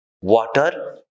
water